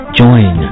join